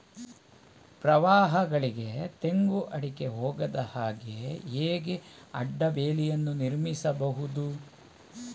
ಪ್ರವಾಹಗಳಿಗೆ ತೆಂಗು, ಅಡಿಕೆ ಹೋಗದ ಹಾಗೆ ಹೇಗೆ ಅಡ್ಡ ಬೇಲಿಯನ್ನು ನಿರ್ಮಿಸಬಹುದು?